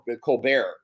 Colbert